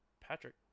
Patrick